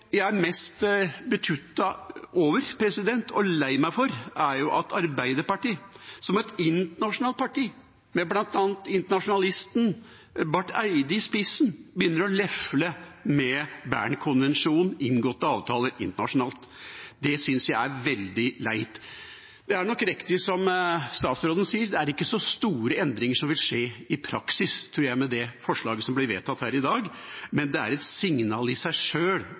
et internasjonalt parti med bl.a. internasjonalisten Espen Barth Eide i spissen, begynner å lefle med Bernkonvensjonen, en internasjonalt inngått avtale. Det synes jeg er veldig leit. Det er nok riktig som statsråden sier: Det er ikke så store endringer som vil skje i praksis med det forslaget som blir vedtatt her i dag, tror jeg, men det er et signal i seg sjøl,